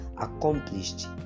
accomplished